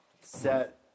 set